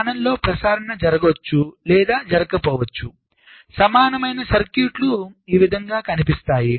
చానల్లో ప్రసరణ జరగొచ్చు లేదా జరగకపోవచ్చు సమానమైన సర్క్యూట్లు ఈ విధముగా కనిపిస్తాయి